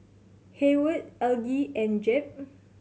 Hayward Elgie and Jep